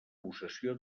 possessió